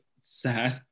sad